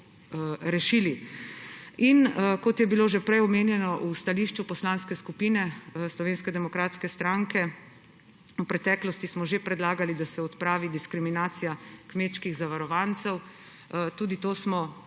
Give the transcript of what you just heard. In kot je bilo že prej omenjeno v stališču Poslanske skupine Slovenske demokratske stranke, v preteklosti smo že predlagali, da se odpravi diskriminacija kmečkih zavarovancev. Tudi to smo popravili.